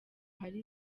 hari